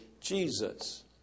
Jesus